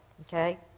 okay